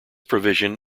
provision